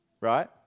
right